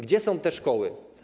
Gdzie są te szkoły?